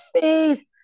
face